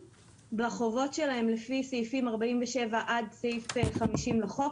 בחובות שלהם לפי סעיפים 47 עד סעיף 50 לחוק,